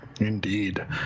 Indeed